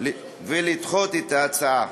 ולדחות את ההצעה,